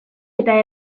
eta